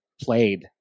played